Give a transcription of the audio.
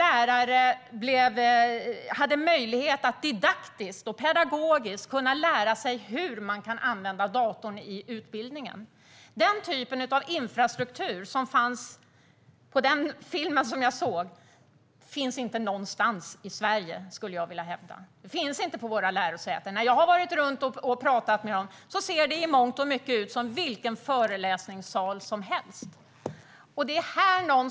Lärare hade möjlighet att didaktiskt och pedagogiskt lära sig hur man kan använda datorn i utbildningen. Den typ av infrastruktur som fanns i den film jag såg finns inte någonstans i Sverige, skulle jag vilja hävda. Den finns inte på våra lärosäten. När jag har varit runt och pratat med dem har det i mångt och mycket sett ut som vilken föreläsningssal som helst.